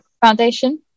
Foundation